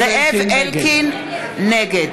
אלקין, נגד